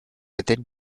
within